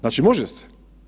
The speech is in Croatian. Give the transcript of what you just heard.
Znači može se.